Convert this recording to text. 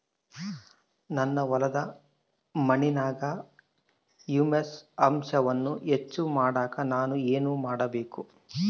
ನನ್ನ ಹೊಲದ ಮಣ್ಣಿನಾಗ ಹ್ಯೂಮಸ್ ಅಂಶವನ್ನ ಹೆಚ್ಚು ಮಾಡಾಕ ನಾನು ಏನು ಮಾಡಬೇಕು?